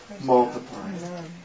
multiply